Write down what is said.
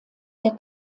der